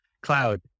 cloud